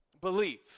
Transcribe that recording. belief